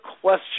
question